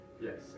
Yes